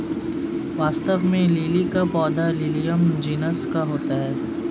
वास्तव में लिली का पौधा लिलियम जिनस का होता है